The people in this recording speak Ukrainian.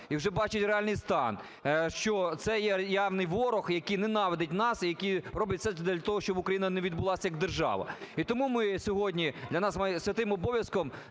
і вже бачать реальний стан, що це є явний ворог, який ненавидить нас і який робить все для того, щоб Україна не відбулась як держава. І тому ми сьогодні, для нас є святим обов'язком